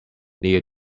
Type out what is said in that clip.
near